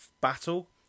battle